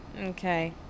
Okay